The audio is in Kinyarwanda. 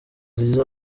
zigize